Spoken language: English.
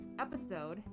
episode